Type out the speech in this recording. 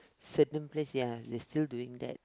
certain place ya they still doing that